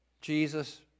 Jesus